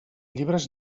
llibres